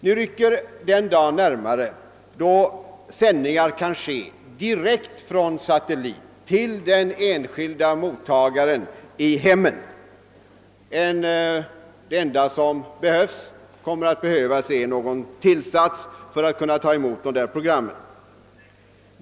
Nu rycker den dag närmare då sändningar kan ske direkt från satellit till den enskilda mottagaren i hemmet. Det enda som behövs är någon form av tillsats för att kunna ta emot dessa program.